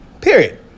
Period